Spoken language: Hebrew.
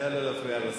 נא לא להפריע לשר.